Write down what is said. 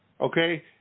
okay